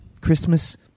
Christmas